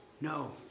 No